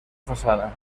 façana